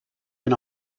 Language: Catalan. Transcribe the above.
ben